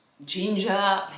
ginger